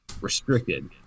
restricted